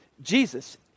Jesus